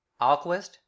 Alquist